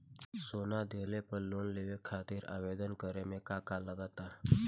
सोना दिहले पर लोन लेवे खातिर आवेदन करे म का का लगा तऽ?